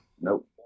nope